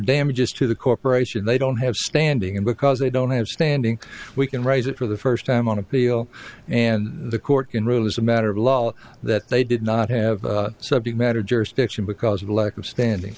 damages to the corporation they don't have standing and because they don't have standing we can raise it for the first time on appeal and the court can rule as a matter of law that they did not have subject matter jurisdiction because of the lack of standing